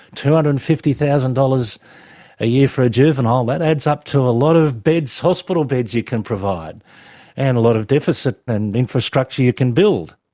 two hundred and fifty thousand dollars a year for a juvenile, that adds up to a lot of hospital beds you can provide and a lot of deficit and infrastructure you can build.